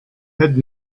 had